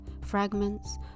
Fragments